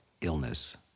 illness